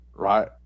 right